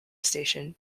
station